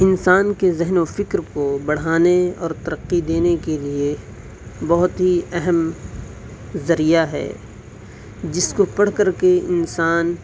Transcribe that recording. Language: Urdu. انسان کے ذہن و فکر کو بڑھانے اور ترقی دینے کے لیے بہت ہی اہم ذریعہ ہے جس کو پڑھ کر کے انسان